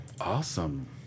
Awesome